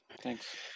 thanks